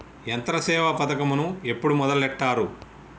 యంత్రసేవ పథకమును ఎప్పుడు మొదలెట్టారు?